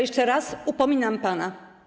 jeszcze raz upominam pana.